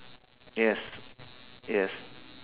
yes yes